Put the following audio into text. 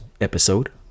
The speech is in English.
episode